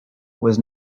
was